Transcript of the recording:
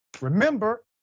Remember